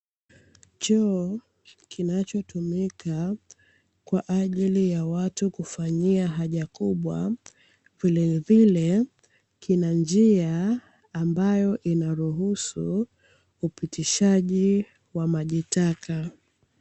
Choo kinachotumika kwa ajili ya watu kufanyia haja kubwa, vilevile kina njia ambayo inaruhusu upitishaji wa maji taka.